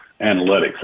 analytics